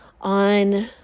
on